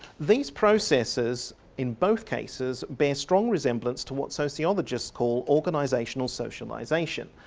these processes in both cases bear strong resemblance to what sociologists call organisational socialisation,